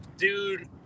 Dude